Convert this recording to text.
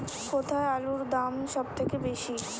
কোথায় আলুর দাম সবথেকে বেশি?